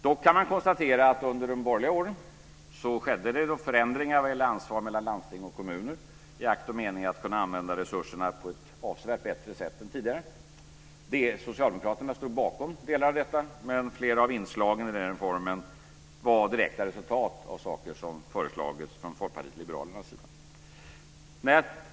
Dock kan man konstatera att under de borgerliga åren skedde det förändringar vad gäller ansvaret mellan landsting och kommuner i akt och mening att kunna använda resurserna på ett avsevärt bättre sätt än tidigare. Socialdemokraterna stod bakom delar av detta, men flera av inslagen i den reformen var direkta resultat av saker som föreslagits från Folkpartiet liberalernas sida.